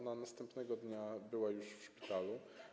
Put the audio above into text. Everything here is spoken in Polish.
Następnego dnia była ona już w szpitalu.